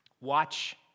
Watch